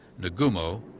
Nagumo